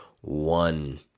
One